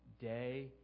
day